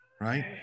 right